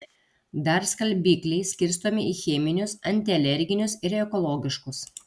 dar skalbikliai skirstomi į cheminius antialerginius ir ekologiškus